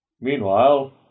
Meanwhile